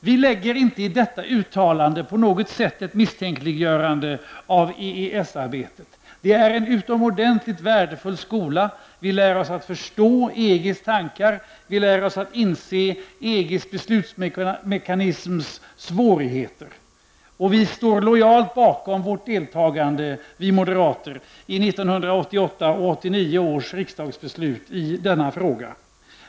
Vi lägger inte på något sätt i Delors uttalande ett misstänkliggörande av EES-arbetet. Det är en utomordentligt värdefull skola. Vi lär oss att förstå EGs tankar, vi lär oss att inse de svårigheter som finns i EGs beslutsmekanism. Vi moderater står lojalt bakom vårt deltagande i 1988 och 1989 års riksdagsbeslut i denna fråga.